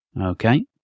Okay